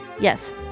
Yes